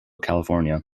california